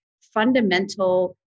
fundamental